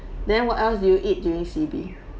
then what else do you eat during C_B